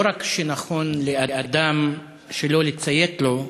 לא רק שנכון לאדם שלא לציית לו,